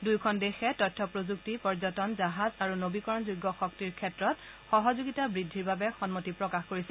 দুয়ো দেশে তথ্য প্ৰযুক্তি পৰ্যটন জাহাজ আৰু নবীকৰণযোগ্য শক্তিৰ ক্ষেত্ৰত সহযোগিতা বৃদ্ধিৰ বাবে সন্মতি প্ৰকাশ কৰিছে